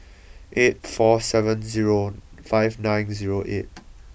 eight four seven zero five nine zero eight